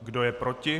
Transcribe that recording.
Kdo je proti?